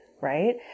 right